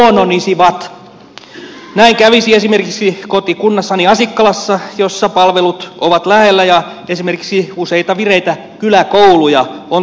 näin kävisi esimerkiksi kotikunnassani asikkalassa jossa palvelut ovat lähellä ja esimerkiksi useita vireitä kyläkouluja on toiminnassa